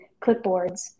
clipboards